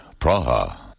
Praha